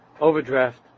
overdraft